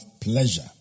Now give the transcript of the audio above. pleasure